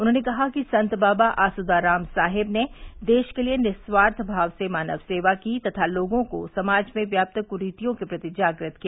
उन्होंने कहा कि संत बाबा आसुदाराम साहेब ने देश के लिये निस्वार्थमाव से मानव सेवा की तथा लोगों को समाज में व्याप्त क्रीतियों के प्रति जागृत किया